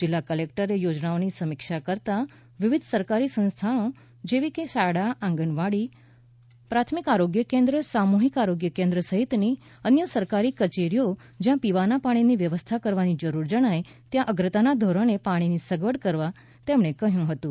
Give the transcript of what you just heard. જિલ્લા કલેકટરે યોજનાઓની સમીક્ષા કરતાં વિવિધ સરકારી સંસ્થાઓ જેવી કે શાળા આંગણવાડી પ્રાથમિક આરોગ્ય કેન્દ્ર સામૂહિક આરોગ્ય કેન્દ્ર સહિતની અન્ય સરકારી કચેરીઓ જયાં પીવાના પાણીની વ્યવસ્થા કરવાની જરૂર જણાય ત્યાં અગ્રતાના ધોરણે પાણીની સગવડ કરવા તેમણે કહ્યું હતું